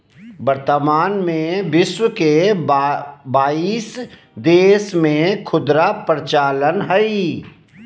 वर्तमान में विश्व के बाईस देश में खुदरा परिचालन हइ